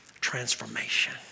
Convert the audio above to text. transformation